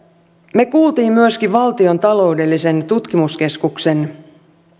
me kuulimme myöskin valtion taloudellisen tutkimuskeskuksen